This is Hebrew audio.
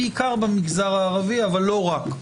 בעיקר במגזר הערבי אבל לא רק.